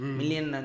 million